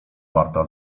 marta